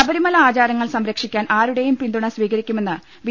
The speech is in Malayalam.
ശബരിമല ആചാരങ്ങൾ സംരക്ഷിക്കാൻ ആരു ടെയും പിന്തുണ സ്വീകരിക്കുമെന്ന് ബി